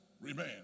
remain